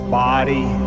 body